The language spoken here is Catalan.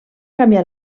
canviar